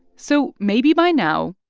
so maybe by now,